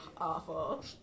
awful